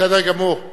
בסדר גמור.